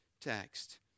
text